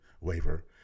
waiver